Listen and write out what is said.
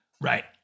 right